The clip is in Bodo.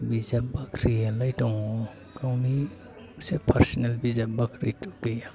बिजाब बाख्रियालाय दङ गावनि पार्सनेल बिजाब बाख्रि गैया